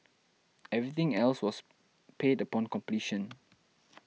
everything else was paid upon completion